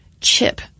chip